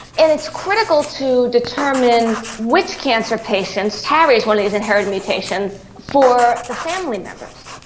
and it's critical to determine which cancer patients carries one of these inherited mutations for the family members,